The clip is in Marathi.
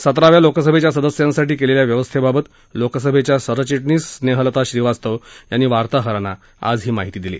सतराव्या लोकसभेच्या सदस्यांसाठी केलेल्या व्यवस्थेबाबत लोकसभा सरचि शीस स्नेहलता श्रीवास्तव यांनी वार्ताहरांना आज माहिती दिली